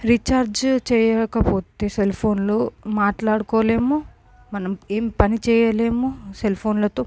recharge చేయకపోతే cell ఫోన్లో మాట్లాడుకోలేము మనం ఏం పని చేయలేము సెల్ ఫోన్లతో